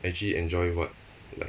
actually enjoy what like